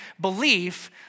belief